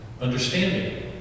understanding